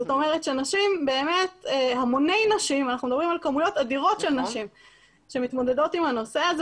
אנחנו מדברים על המוני נשים שמתמודדות עם הנושא הזה